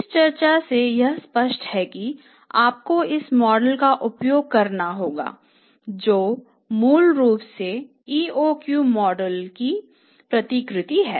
इस चर्चा से यह स्पष्ट है कि आपको इस मॉडल का उपयोग करना होगा जो मूल रूप से EOQmodel की प्रतिकृति है